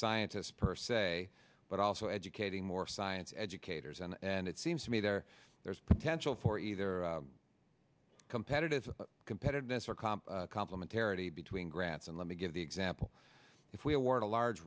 scientists per se but also educating more science educators and and it seems to me there there's potential for either competitive competitiveness or comp complementarity between grants and let me give the example if we award a large